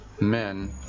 men